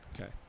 Okay